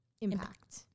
impact